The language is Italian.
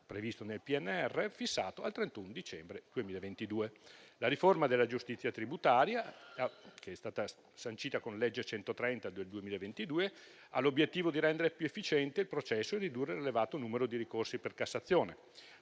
previsto nel PNR, fissato al 31 dicembre 2022. La riforma della giustizia tributaria, che è stata sancita con legge n. 130 del 2022, ha l'obiettivo di rendere più efficiente il processo e di ridurre l'elevato numero di ricorsi per Cassazione.